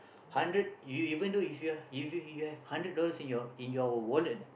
hundred you you even though if you're if you you have hundred dollars in your in your wallet